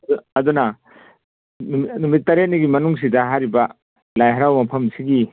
ꯑꯗꯨꯅ ꯅꯨꯃꯤꯠ ꯇꯔꯦꯠꯅꯤꯒꯤ ꯃꯅꯨꯡꯁꯤꯗ ꯍꯥꯏꯔꯤꯕ ꯂꯥꯏ ꯍꯥꯔꯥꯎꯕ ꯃꯐꯝꯁꯤꯒꯤ